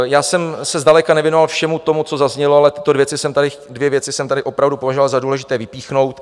Já jsem se zdaleka nevěnoval všemu tomu, co zaznělo, ale tyto dvě věci jsem tady opravdu považoval za důležité vypíchnout.